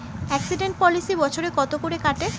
Accident policy বছরে কত করে কাটে?